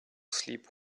sleep